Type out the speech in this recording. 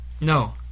No